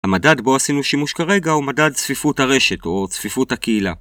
המדד בו עשינו שימוש כרגע הוא מדד צפיפות הרשת או צפיפות הקהילה